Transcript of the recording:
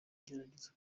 ngerageza